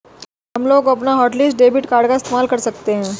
हमलोग अपना hotlist debit card का इस्तेमाल कर सकते हैं